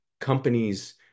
companies